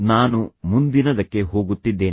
ನಾನು ಮುಂದಿನದಕ್ಕೆ ಹೋಗುತ್ತಿದ್ದೇನೆ